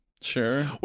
Sure